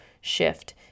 shift